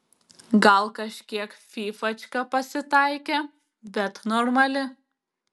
gal kažkiek fyfačka pasitaikė bet normali